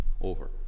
over